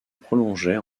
prolongeait